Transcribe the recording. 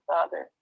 Father